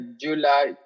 July